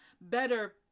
better